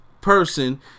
person